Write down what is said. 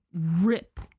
rip